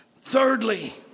Thirdly